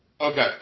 Okay